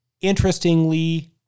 interestingly